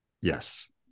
yes